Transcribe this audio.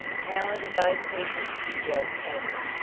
how are the bo-peepers? yelled tavia,